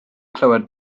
clywed